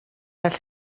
all